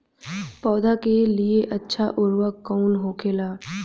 पौधा के लिए अच्छा उर्वरक कउन होखेला?